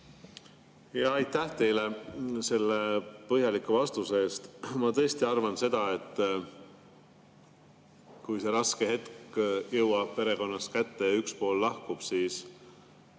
Aitäh teile selle põhjaliku vastuse eest! Ma tõesti arvan, et kui see raske hetk jõuab perekonnas kätte ja üks pool lahkub, siis